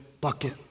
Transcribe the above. bucket